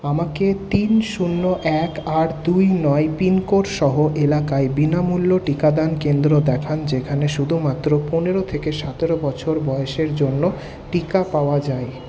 আমাকে তিন শূন্য এক আট দুই নয় পিনকোডসহ এলাকায় বিনামূল্য টিকাদান কেন্দ্র দেখান যেখানে শুধুমাত্র পনেরো থেকে সাতেরো বছর বয়সের জন্য টিকা পাওয়া যায়